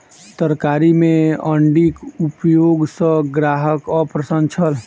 तरकारी में अण्डीक उपयोग सॅ ग्राहक अप्रसन्न छल